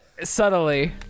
Subtly